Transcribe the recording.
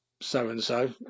so-and-so